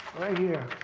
right here.